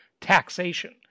taxation